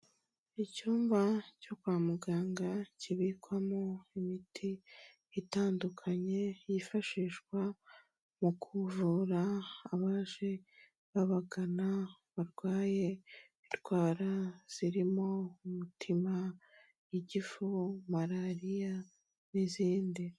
Icyumba cyo kwa muganga kibikwamo imiti itandukanye yifashishwa mu kuvura abaje babagana barwaye indwara zirimo umutima, igifu, marariya n'izindi.